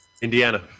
Indiana